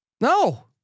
No